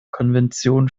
konvention